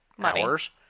hours